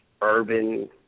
urban